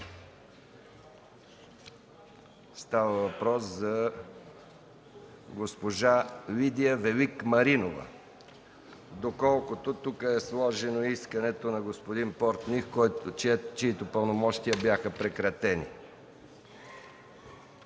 Борисов и госпожа Лидия Велик Маринова, доколкото тук е сложено искането на господин Портних, чиито пълномощия бяха прекратени.